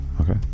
Okay